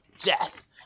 death